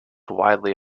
widely